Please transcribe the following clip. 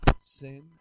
sin